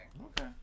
Okay